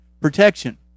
protection